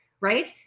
Right